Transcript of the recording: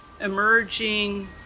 emerging